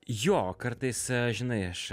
jo kartais žinai aš